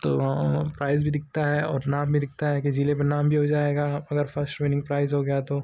तो प्राइज़ भी दिखता है और नाम भी दिखता है कि जिले का नाम भी हो जाएगा अगर फ़र्स्ट विनिन्ग प्राइज़ हो गया तो